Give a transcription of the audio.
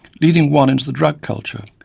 leading one into the drug culture,